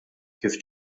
kif